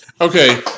okay